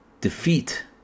defeat